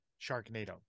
Sharknado